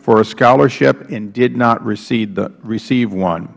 for a scholarship and did not receive one